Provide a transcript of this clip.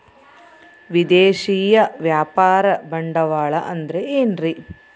ವಿದೇಶಿಯ ವ್ಯಾಪಾರ ಬಂಡವಾಳ ಅಂದರೆ ಏನ್ರಿ?